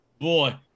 boy